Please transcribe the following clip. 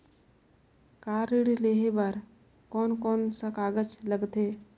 Car ऋण लेहे बार कोन कोन सा कागज़ लगथे?